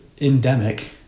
endemic